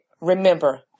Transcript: Remember